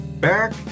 back